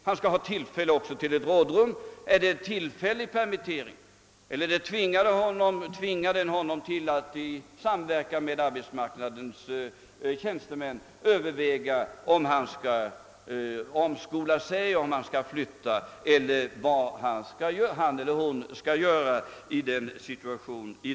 Han skall få sin utkomst, om det är fråga om tillfälliga permitteringar, eller om läget tvingar honom att i samverkan med arbetsmarknadens tjänstemän överväga att omskola sig, flytta till en ny ort eller göra något annat.